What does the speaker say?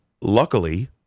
Luckily